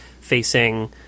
facing